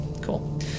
Cool